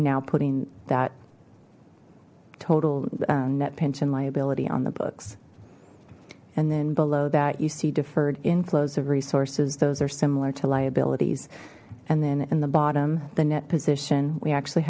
now putting that total net pension liability on the books and then below that you see deferred inflows of resources those are similar to liabilities and then in the bottom the net position we actually